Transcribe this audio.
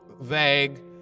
vague